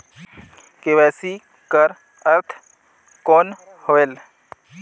KYC कर अर्थ कौन होएल?